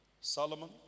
Solomon